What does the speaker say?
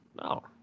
No